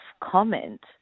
comment